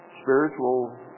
spiritual